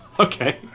Okay